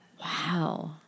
Wow